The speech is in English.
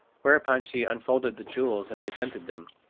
whereupon she unfolded the jewels and presented them.